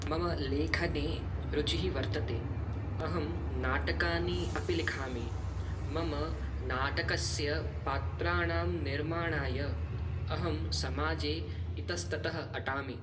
मम लेखने रुचिः वर्तते अहं नाटकानि अपि लिखामि मम नाटकस्य पात्राणां निर्माणाय अहं समाजे इतस्ततः अटामि